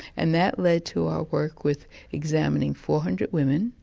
and that led to our work with examining four hundred women,